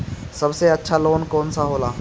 सबसे अच्छा लोन कौन सा होला?